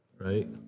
right